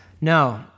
No